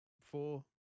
four